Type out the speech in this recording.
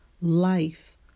life